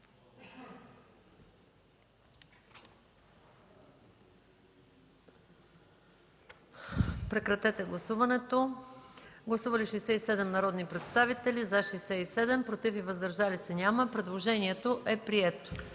параграфи 68 и 69. Гласували 67 народни представители: за 67, против и въздържали се няма. Предложението е прието.